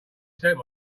step